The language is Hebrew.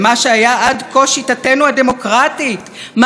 מעתה ייקבעו הנורמות שלא באמצעות העם".